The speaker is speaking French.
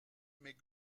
mais